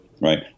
Right